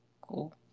Cool